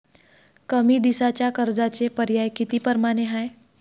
कमी दिसाच्या कर्जाचे पर्याय किती परमाने हाय?